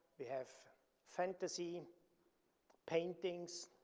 we have fantasy paintings.